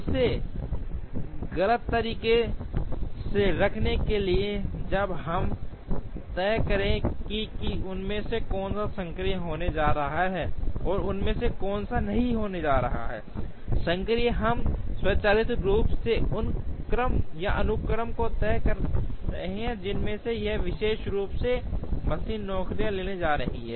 इसे अलग तरीके से रखने के लिए जब हम तय करें कि उनमें से कौन सक्रिय होने जा रहा है और उनमें से कौन सा नहीं होने जा रहा है सक्रिय हम स्वचालित रूप से उस क्रम या अनुक्रम को तय कर रहे हैं जिसमें यह विशेष रूप से है मशीन नौकरियां लेने जा रही है